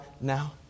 now